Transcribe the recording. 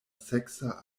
seksa